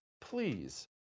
Please